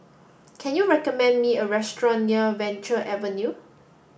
can you recommend me a restaurant near Venture Avenue